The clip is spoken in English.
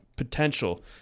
potential